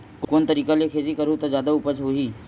कोन तरीका ले खेती करहु त जादा उपज होही?